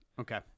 Okay